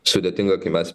sudėtinga kai mes